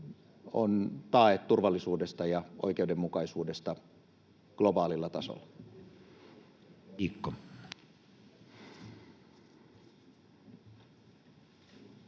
on tae turvallisuudesta ja oikeudenmukaisuudesta globaalilla tasolla. [Speech